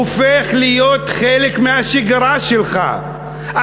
הופך להיות חלק מהשגרה שלך,